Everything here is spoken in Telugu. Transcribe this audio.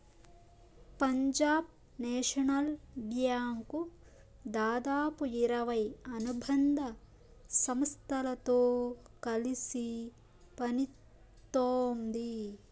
పంజాబ్ నేషనల్ బ్యాంకు దాదాపు ఇరవై అనుబంధ సంస్థలతో కలిసి పనిత్తోంది